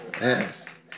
Yes